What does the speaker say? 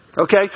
Okay